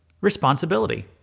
responsibility